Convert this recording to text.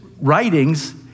writings